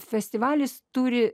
festivalis turi